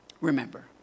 Remember